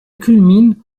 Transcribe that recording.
culmine